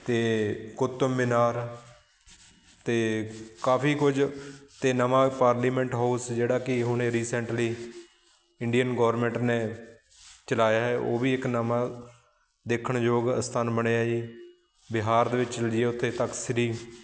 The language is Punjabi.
ਅਤੇ ਕ਼ੁਤੁਬ ਮੀਨਾਰ ਅਤੇ ਕਾਫੀ ਕੁਝ ਅਤੇ ਨਵਾਂ ਪਾਰਲੀਮੈਂਟ ਹਾਊਸ ਜਿਹੜਾ ਕਿ ਹੁਣੇ ਰੀਸੈਂਟਲੀ ਇੰਡੀਅਨ ਗੋਰਮੈਂਟ ਨੇ ਚਲਾਇਆ ਹੈ ਉਹ ਵੀ ਇੱਕ ਨਵਾਂ ਦੇਖਣਯੋਗ ਅਸਥਾਨ ਬਣਿਆ ਹੈ ਜੀ ਬਿਹਾਰ ਦੇ ਵਿੱਚ ਚੱਲ ਜੀਏ ਉੱਥੇ ਤਖ਼ਤ ਸ਼੍ਰੀ